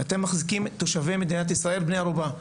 אתם מחזיקים את תושבי מדינת ישראל כבני ערובה.